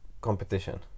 competition